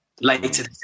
Later